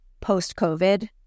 post-COVID